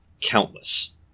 countless